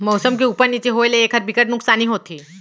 मउसम के उप्पर नीचे होए ले एखर बिकट नुकसानी होथे